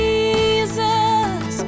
Jesus